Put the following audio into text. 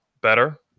better